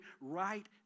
right